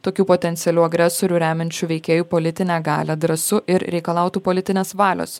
tokių potencialių agresorių remiančių veikėjų politinę galią drąsu ir reikalautų politinės valios